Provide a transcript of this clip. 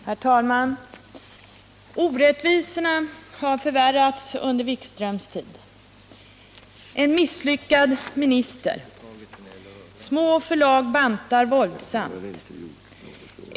Herr talman! ”Orättvisorna har förvärrats under Wikströms tid”. ”En misslyckad minister”. ”Små förlag bantar våldsamt”.